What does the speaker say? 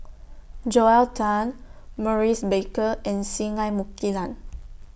Joel Tan Maurice Baker and Singai Mukilan